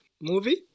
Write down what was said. movie